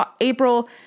April